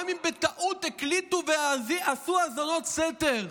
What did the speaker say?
גם אם בטעות הקליטו ועשו האזנות סתר,